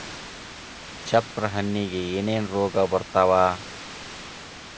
ಚಪ್ರ ಹಣ್ಣಿಗೆ ಏನೇನ್ ರೋಗ ಬರ್ತಾವ?